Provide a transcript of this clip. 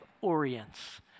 orients